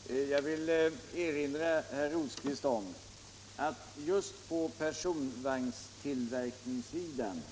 Herr talman! Jag vill erinra herr Rosqvist om att just på personvagnstillverkningssidan